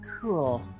Cool